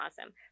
Awesome